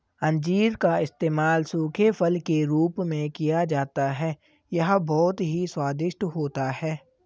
अंजीर का इस्तेमाल सूखे फल के रूप में किया जाता है यह बहुत ही स्वादिष्ट होता है